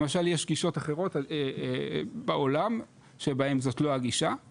למשל יש גישת אחרות בעולם שבהן זאת לא הגישה,